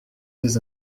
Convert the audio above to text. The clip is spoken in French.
des